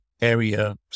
area